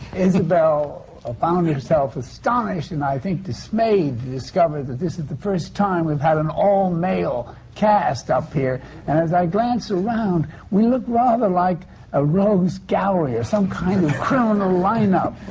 isabelle ah found herself astonished, and i think dismayed, to discover that this is first time we've had an all-male cast up here. and as i glance around, we look rather like a rogues' gallery or some kind of criminal lineup.